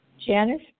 Janice